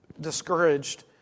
discouraged